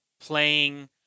playing